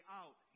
out